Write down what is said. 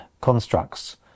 constructs